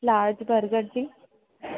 large burger ji